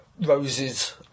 Rose's